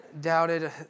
Doubted